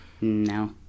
No